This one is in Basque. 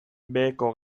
beheko